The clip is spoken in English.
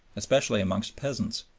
especially amongst peasants,